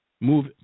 move